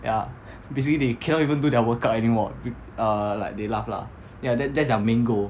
ya basically they cannot even do their workout anymore err like they laugh lah ya that that's their main goal